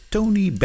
Tony